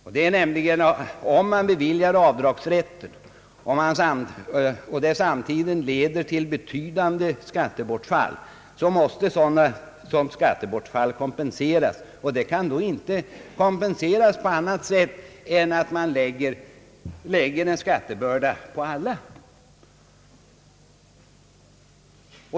Beviljar riksdagen denna avdragsrätt och det leder till betydande skattebortfall måste ett sådant skattebortfall kompenseras, vilket inte kan ske på annat sätt än genom att man lägger en skattebörda på alla.